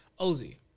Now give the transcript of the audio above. Ozzy